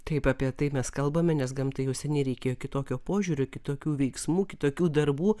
taip apie tai mes kalbame nes gamtai jau seniai reikėjo kitokio požiūrio kitokių veiksmų kitokių darbų